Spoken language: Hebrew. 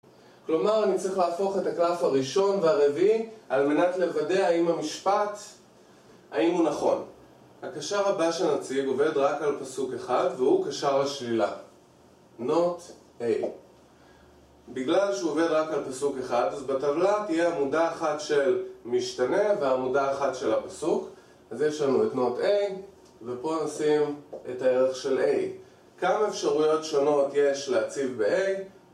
כלומר, אני צריך להפוך את הקלף הראשון והרביעי על מנת לוודא האם המשפט, האם הוא נכון. הקשר הבא שנציג עובד רק על פסוק אחד, והוא קשר השלילה NOT A בגלל שהוא עובד רק על פסוק אחד, אז בטבלה תהיה עמודה אחת של משתנה ועמודה אחת של הפסוק אז יש לנו את NOT A, ופה נשים את הערך של A כמה אפשרויות שונות יש להציב ב-A?